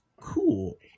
cool